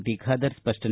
T Khader ಸ್ಪಷ್ಟನೆ